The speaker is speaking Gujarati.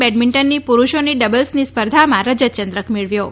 બેડમિન્ટનની પુરૂષોની ડબલ્સની સ્પર્ધામાં રજતચંદ્રક મેળવ્યો છે